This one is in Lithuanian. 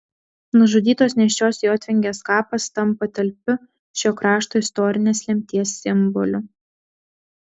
nužudytos nėščios jotvingės kapas tampa talpiu šio krašto istorinės lemties simboliu